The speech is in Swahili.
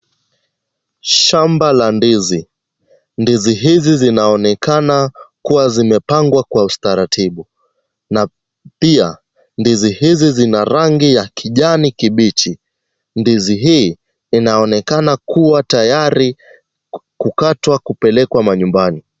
Shamba la ndizi, ndizi hizi zinaonekana kuwa zimepangwa kwa utaratibu na pia ndizi hizi zina rangi ya kijani kibichi, Ndizi hii inaonekana kuwa tayari kukatwa kupelekwa nyumbani.